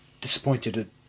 disappointed